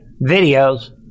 videos